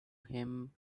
him